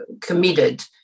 committed